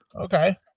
Okay